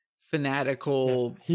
fanatical